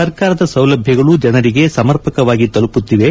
ಸರ್ಕಾರದ ಸೌಲಭ್ಯಗಳು ಜನರಿಗೆ ಸಮರ್ಪಕವಾಗಿ ತಲುಪುತ್ತಿವೆ